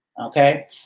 okay